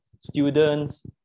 students